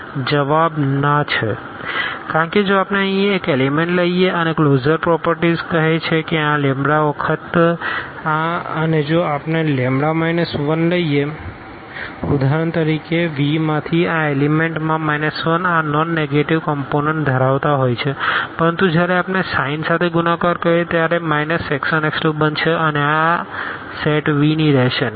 અને જવાબ ના છે કારણ કે જો આપણે અહીં એક એલીમેન્ટ લઈએ અને કલોઝર પ્રોપરટીઝકહે છે કે આ વખત આ અને જો આપણે લેમ્બડા માઈનસ 1 લઈએ ઉદાહરણ તરીકે V માંથી આ એલીમેન્ટ માં 1 આ નોન નેગેટીવકમપોનન્ટ ધરાવતાં હોય છે પરંતુ જ્યારે આપણે સાઇન સાથે ગુણાકાર કરીએ ત્યારે તે x1x2 બનશે અને આ આ સેટ V ની રહેશે નહીં